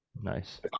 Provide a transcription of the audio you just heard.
Nice